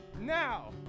now